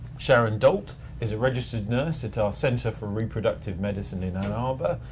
sharon dault is a registered nurse at our center for reproductive medicine in ann arbor.